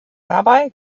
dabei